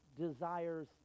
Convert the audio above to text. desires